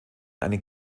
einen